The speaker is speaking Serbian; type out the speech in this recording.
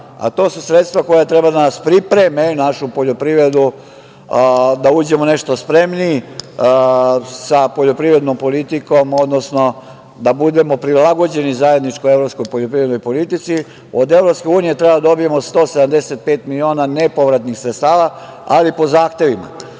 a to su sredstva koja treba da nas pripreme, našu poljoprivredu, da uđemo nešto spremniji, sa poljoprivrednom politikom, odnosno da budemo prilagođeni zajedničkoj evropskoj poljoprivrednoj politici. Od EU treba da dobijemo 175 miliona nepovratnih sredstava, ali po zahtevima.